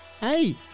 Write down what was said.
hey